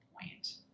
point